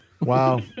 Wow